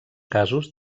casos